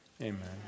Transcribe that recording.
amen